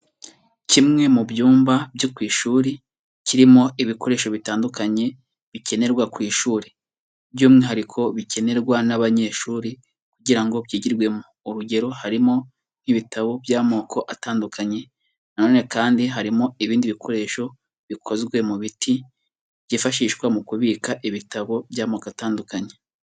Kimwe mu byumba byo ku ishuri kirimo ibikoresho bitandukanye bikenerwa ku ishuri. By'umwihariko bikenerwa n'abanyeshuri kugira ngo byigirwemo. Urugero harimo nk'ibitabo by'amoko atandukanye na none kandi harimo ibindi bikoresho bikozwe mu biti byifashishwa mu kubika ibitabo by'amoko atandukanye.